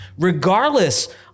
Regardless